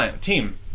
team